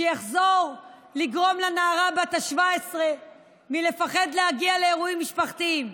שיחזור לגרום לנערה בת 17 לפחד להגיע לאירועים משפחתיים.